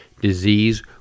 Disease